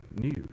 news